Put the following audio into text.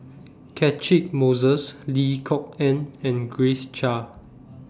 Catchick Moses Lim Kok Ann and Grace Chia